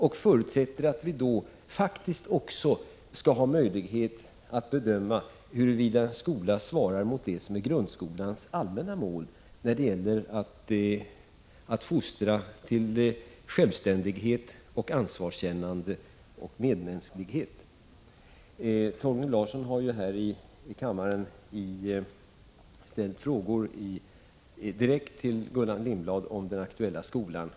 Vi förutsätter att vi då faktiskt också skall ha möjlighet att bedöma huruvida en skola svarar mot det som är grundskolans allmänna mål då det gäller att fostra till självständighet, ansvarskännande och medmänsklighet. Torgny Larsson har i kammaren ställt frågor direkt till Gullan Lindblad om den aktuella skolan.